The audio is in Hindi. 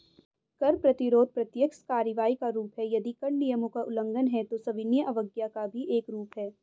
कर प्रतिरोध प्रत्यक्ष कार्रवाई का रूप है, यदि कर नियमों का उल्लंघन है, तो सविनय अवज्ञा का भी एक रूप है